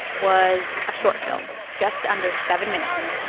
was a short film just under seven minutes.